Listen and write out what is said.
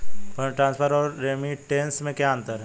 Fund transfer और remittance में क्या अंतर है?